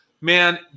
Man